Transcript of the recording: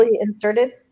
inserted